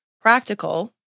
practical